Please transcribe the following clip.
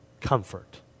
Comfort